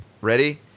Ready